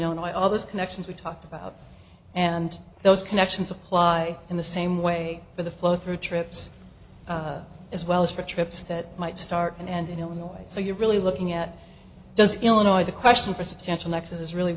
why all those connections we talked about and those connections apply in the same way for the flow through trips as well as for trips that might start and end in illinois so you're really looking at does illinois the question for substantial nexus is really